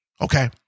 Okay